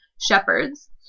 shepherds